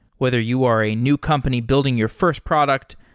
whether you are a new company building your first product,